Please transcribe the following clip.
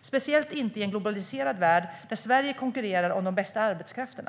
speciellt inte i en globaliserad värld där Sverige konkurrerar om den bästa arbetskraften.